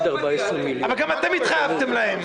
גם אתם התחייבתם להם.